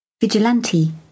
vigilante